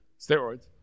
Steroids